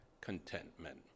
contentment